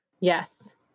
Yes